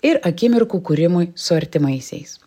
ir akimirkų kūrimui su artimaisiais